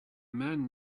man